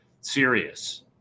serious